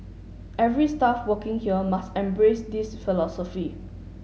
every staff working here must embrace this philosophy